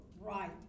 right